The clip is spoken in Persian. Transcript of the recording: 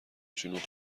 جنوب